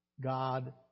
God